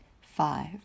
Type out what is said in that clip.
Five